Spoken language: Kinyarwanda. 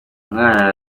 umwana